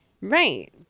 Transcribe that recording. right